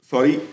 Sorry